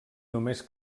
només